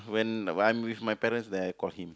when I'm with my parents then I call him